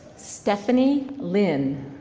stephanie lin.